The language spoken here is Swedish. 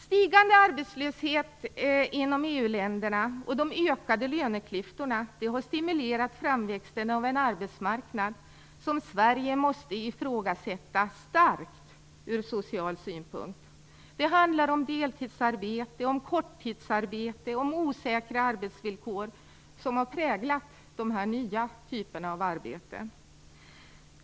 Stigande arbetslöshet inom EU-länderna och ökade löneklyftor har stimulerat framväxten av en arbetsmarknad som Sverige måste ifrågasätta starkt ur social synpunkt. Det handlar om deltidsarbete, korttidsarbete och osäkra arbetsvillkor som har präglat de nya typerna av arbete.